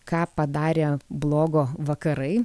ką padarė blogo vakarai